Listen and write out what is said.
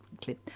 clip